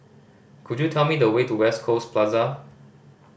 could you tell me the way to West Coast Plaza